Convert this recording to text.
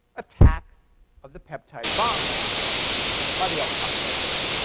attack of the peptide bond by the alkoxide ion.